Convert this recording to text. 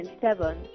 Seven